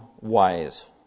wise